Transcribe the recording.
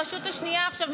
הרשות השנייה עכשיו,